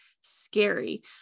scary